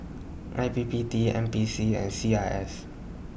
I P P T N P C and C I S